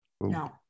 No